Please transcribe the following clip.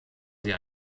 sie